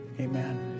Amen